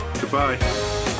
goodbye